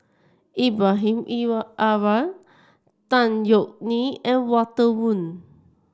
Ibrahim Awang Tan Yeok Nee and Walter Woon